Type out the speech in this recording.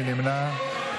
מי נמנע?